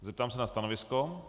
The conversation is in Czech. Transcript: Zeptám se na stanovisko.